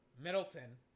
Middleton